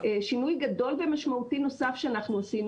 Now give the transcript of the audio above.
שינוי גדול ומשמעותי נוסף שאנחנו עשינו